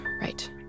Right